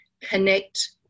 connect